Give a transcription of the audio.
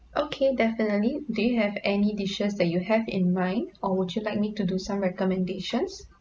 okay definitely do you have any dishes that you have in mind or would you like me to do some recommendations